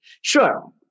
Sure